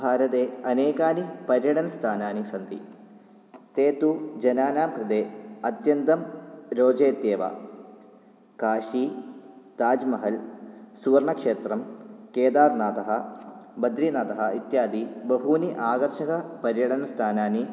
भारते अनेकानि पर्यटनस्थानानि सन्ति ते तु जनानां कृते अत्यन्तं रोचयत्येव काशी ताज्महल् सुवर्णक्षेत्रं केदार्नाथः बद्रीनाथः इत्यादि बहूनि आगर्षकपर्यटनस्थानानि